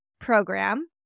program